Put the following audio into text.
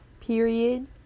Period